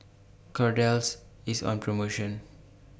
Kordel's IS on promotion